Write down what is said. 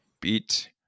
Beat